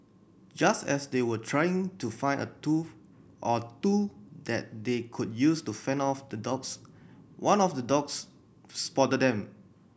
just as they were trying to find a tool or two that they could use to fend off the dogs one of the dogs spotted them